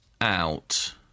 out